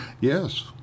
Yes